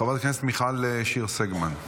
חברת הכנסת מיכל שיר סגמן.